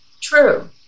True